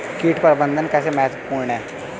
कीट प्रबंधन कैसे महत्वपूर्ण है?